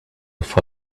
for